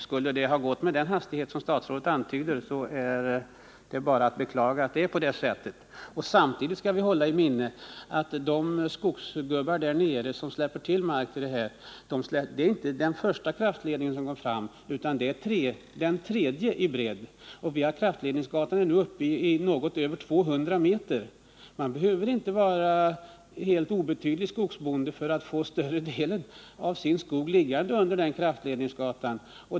Skulle den ha gått med den hastighet som statsrådet antydde är det bara att beklaga att det är på det sättet. Samtidigt skall vi hålla i minnet vilka skador det blir för de skogsägare där nere som släpper till mark för kraftledningar — detta är inte den första kraftledningen som går fram där, utan det är den tredje i bredd, och kraftledningsgatan är nu uppe i en bredd på ca 200 meter. Man behöver inte vara en helt obetydlig skogsbonde för att få större delen av sin skogsmark liggande under kraftledningsgatan.